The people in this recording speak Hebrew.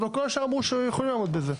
אבל כל השאר אמרו שהם יכולים לעמוד בזה,